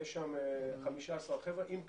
יש שם 15 חבר'ה עם כבאית,